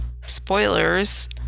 spoilers